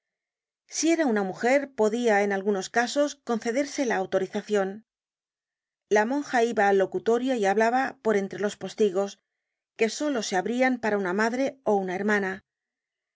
si era una mujer podia en algunos casos concederse la autorizacion la monja iba al locutorio y hablaba por entre los postigos que solo se abrían para una madre ó una hermana